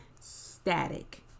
static